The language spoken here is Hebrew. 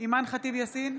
אימאן ח'טיב יאסין,